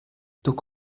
duck